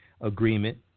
agreement